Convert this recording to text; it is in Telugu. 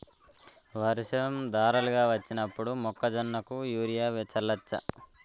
వర్షం ధారలుగా వచ్చినప్పుడు మొక్కజొన్న కు యూరియా చల్లచ్చా?